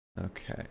Okay